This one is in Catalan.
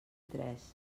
tres